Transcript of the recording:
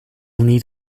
need